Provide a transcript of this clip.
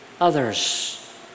others